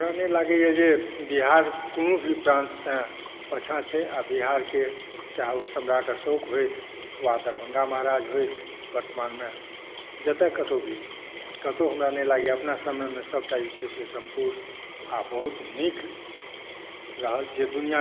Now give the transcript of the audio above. स्थापित करय छथि हमरा नहि लागैया जे बिहार कोनो भी प्रान्त से पंछा छै आ बिहारकेँ चाहे ओ सम्राट अशोक होथि वा दरभङ्गा महाराज होथि वर्तमानमे जतऽ कतहुँ भी ककरो हमरा नहि लागैया अपना सभमे सभटा जे छै से सम्पुर्ण आ बहुत नीक